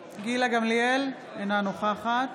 גמליאל, אינה נוכחת